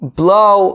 blow